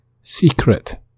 secret